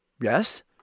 Yes